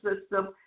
system